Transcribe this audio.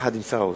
יחד עם שר האוצר.